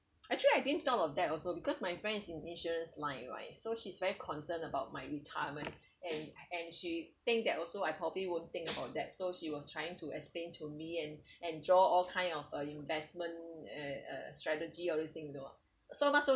actually I didn't thought of that also because my friend is in insurance line right so she's very concerned about my retirement and and she think that also I probably won't think about that so she was trying to explain to me and enjoy all kind of uh investment strategy all anything these thing you know so not so